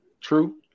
true